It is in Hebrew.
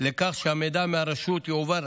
לכך שהמידע מהרשות יועבר